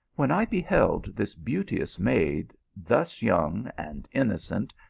when i beheld this beauteous maid thus young, and innocent,